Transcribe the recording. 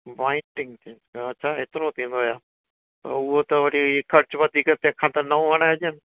pointing ते हा त एतिरो थींदो छा हूअ त वरी ख़र्चु वधीक तंहिंखां त नऊं हणाइजे